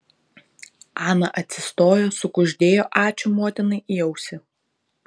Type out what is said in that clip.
ana atsistojo sukuždėjo ačiū motinai į ausį